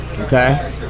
Okay